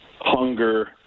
hunger